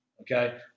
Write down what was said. okay